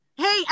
Hey